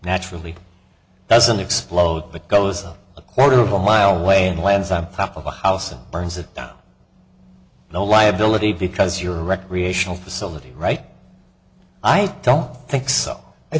naturally doesn't explode but goes up a quarter of a mile away and lands on top of a house and burns it down no liability because you're a recreational facility right i don't think so i